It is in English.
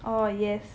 oh yes